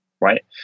right